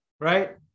Right